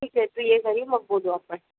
ठीक आहे तू ये घरी मग बोलू आपण